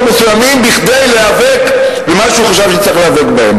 מסוימים כדי להיאבק במה שהוא חשב שצריך להיאבק בו.